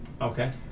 okay